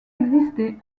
exister